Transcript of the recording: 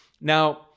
now